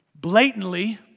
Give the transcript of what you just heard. blatantly